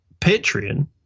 Patreon